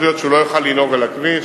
להיות שהוא לא יוכל לנהוג על הכביש.